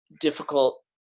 difficult